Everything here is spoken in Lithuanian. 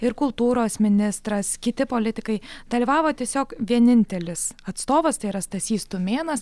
ir kultūros ministras kiti politikai dalyvavo tiesiog vienintelis atstovas tai yra stasys tumėnas